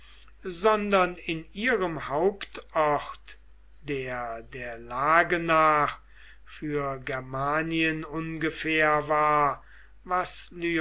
sondern in ihrem hauptort der der lage nach für germanien ungefähr war was